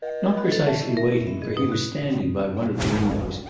not precisely waiting, for he was standing by one of the windows,